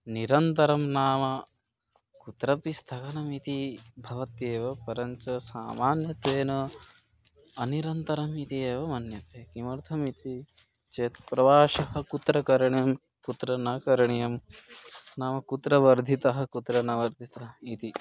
निरन्तरं नाम कुत्रपि स्थगनमिति भवत्येव परञ्च सामान्यतेन अनिरन्तरम् इति एव मन्यते किमर्थमिति चेत् प्रवासः कुत्र करणं कुत्र न करणीयं नाम कुत्र वर्धितः कुत्र न वर्धितः इति